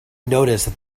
noticed